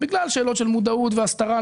בגלל שאלות של מודעות והסתרה,